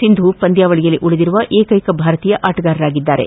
ಸಿಂಧು ಪಂದ್ಯಾವಳಿಯಲ್ಲಿ ಉಳಿದಿರುವ ಏಕೈಕ ಭಾರತೀಯ ಆಟಗಾರರಾಗಿದ್ದಾರೆ